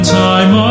time